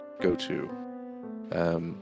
go-to